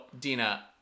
Dina